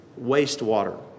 wastewater